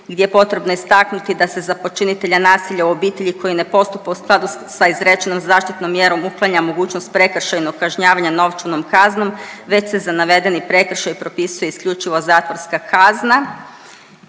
gdje je potrebno istaknuti da se za počinitelja nasilja u obitelji koji ne postupa u skladu sa izrečenom zaštitnom mjerom, uklanja mogućnost prekršajnog kažnjavanja novčanom kaznom već se za navedeni prekršaj propisuje isključivo zatvorska kazna.